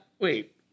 Wait